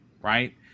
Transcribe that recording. right